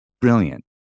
brilliant